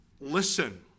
listen